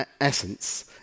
essence